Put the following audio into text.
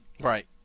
Right